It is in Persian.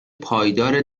پایدار